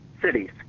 cities